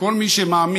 כל מי שמאמין